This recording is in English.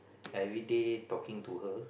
every day talking to her